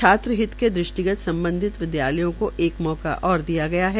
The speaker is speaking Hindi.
छात्रहित के दृष्टिगत सम्बधित विद्यालयों को एक मौका ओर दिया गया है